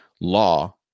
law